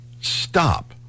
stop